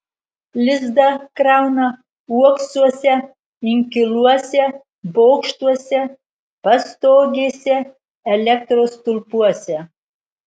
lizdą krauna uoksuose inkiluose bokštuose pastogėse elektros stulpuose